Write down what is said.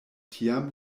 tiam